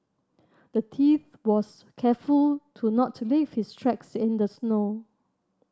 the thief was careful to not leave his tracks in the snow